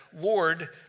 Lord